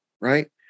right